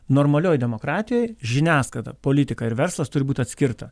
normalioj demokratijoj žiniasklaida politika ir verslas turi būti atskirta